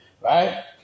Right